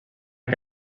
que